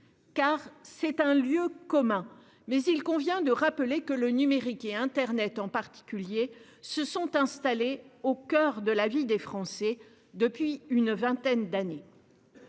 d'un lieu commun, il convient de rappeler que le numérique, et internet en particulier, s'est introduit au coeur de la vie des Français depuis une vingtaine d'années.